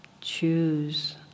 choose